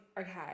okay